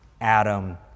Adam